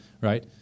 right